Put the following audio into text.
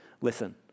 Listen